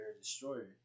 destroyer